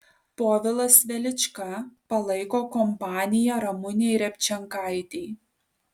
povilas velička palaiko kompaniją ramunei repčenkaitei